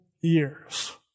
years